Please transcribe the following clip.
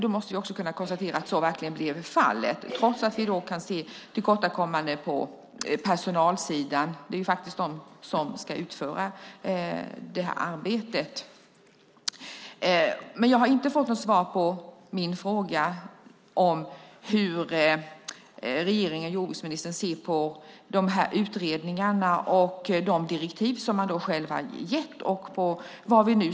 Då måste vi också kunna konstatera att så verkligen blev fallet, trots att vi kan se tillkortakommanden på personalsidan. Det är faktiskt de som ska utföra arbetet. Jag har inte fått något svar på min fråga om hur regeringen och jordbruksministern ser på utredningarna och på de direktiv som man själv har gett.